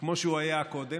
כמו שהוא היה קודם.